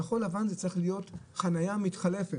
כחול לבן זה צריך להיות חנייה מתחלפת,